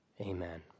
Amen